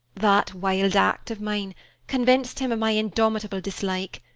that wild act of mine convinced him of my indomitable dislike.